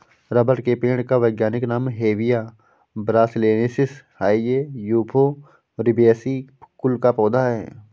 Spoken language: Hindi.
रबर के पेड़ का वैज्ञानिक नाम हेविया ब्रासिलिनेसिस है ये युफोर्बिएसी कुल का पौधा है